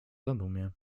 zadumie